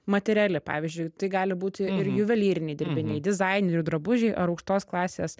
materiali pavyzdžiui tai gali būti ir juvelyriniai dirbiniai dizainerių drabužiai ar aukštos klasės